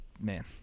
man